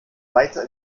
weiter